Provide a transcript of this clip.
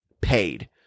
paid